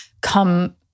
come